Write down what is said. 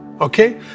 okay